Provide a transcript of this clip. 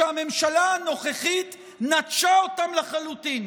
שהממשלה הנוכחית נטשה אותם לחלוטין.